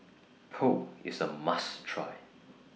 Pho IS A must Try